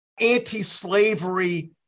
anti-slavery